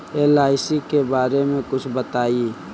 LIC के बारे मे कुछ बताई?